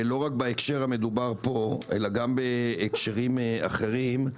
לא רק בהקשר המדובר פה אלא גם בהקשרים אחרים,